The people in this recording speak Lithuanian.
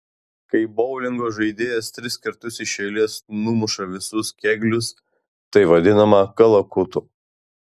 kai boulingo žaidėjas tris kartus iš eilės numuša visus kėglius tai vadinama kalakutu